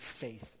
faith